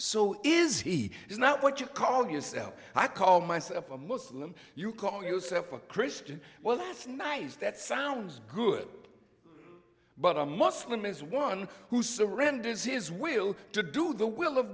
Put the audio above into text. so is he is not what you call yourself i call myself a muslim you call yourself a christian well that's nice that sounds good but a muslim is one who surrenders his will to do the will of